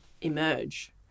emerge